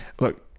Look